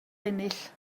ennill